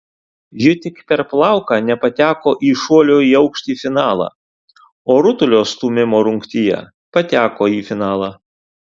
ji tik per plauką nepateko į šuolio į aukštį finalą o rutulio stūmimo rungtyje pateko į finalą